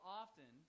often